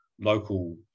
local